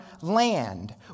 land